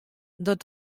dat